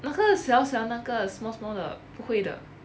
那个小小那个 small small 的不会的